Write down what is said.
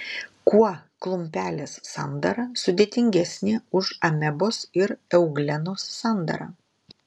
kuo klumpelės sandara sudėtingesnė už amebos ir euglenos sandarą